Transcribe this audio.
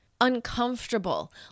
uncomfortable